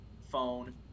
phone